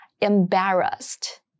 Embarrassed